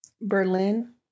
Berlin